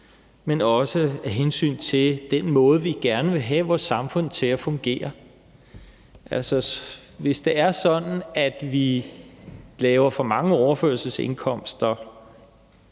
men også af hensyn til den måde, vi gerne vil have vores samfund til at fungere på. Hvis vi laver for mange overførselsindkomster,